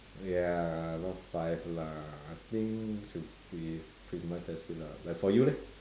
okay ah not five lah I think should be pretty much that's it lah like for you leh